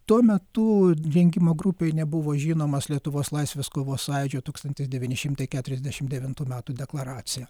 tuo metu rengimo grupei nebuvo žinomas lietuvos laisvės kovos sąjūdžio tūkstantis devyni šimtai keturiasdešimt devintų metų deklaracija